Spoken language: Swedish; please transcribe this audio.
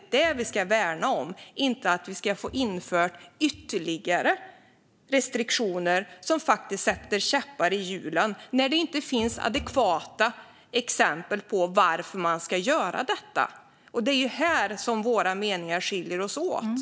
detta vi ska värna om, och det är detta vi diskuterar. Vi ska inte införa ytterligare restriktioner som sätter käppar i hjulen när det inte finns adekvata exempel som visar varför man ska göra detta. Det är här våra meningar skiljer sig åt.